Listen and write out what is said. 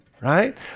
Right